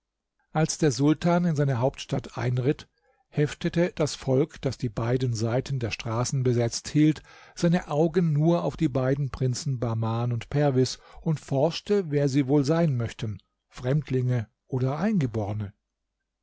als der sultan in seine hauptstadt einritt heftete das volk das die beiden seiten der straßen besetzt hielt seine augen nur auf die beiden prinzen bahman und perwis und forschte wer sie wohl sein möchten fremdlinge oder eingeborne